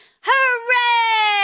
Hooray